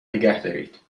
نگهدارید